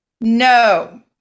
No